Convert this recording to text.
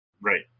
Right